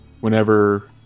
Whenever